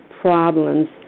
problems